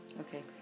Okay